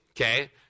okay